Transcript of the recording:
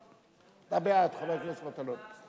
אתה בעד, חבר הכנסת מטלון.